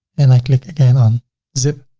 and i click again on zip.